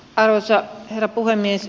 arvoisa herra puhemies